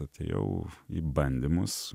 atėjau į bandymus